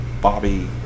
Bobby